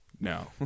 No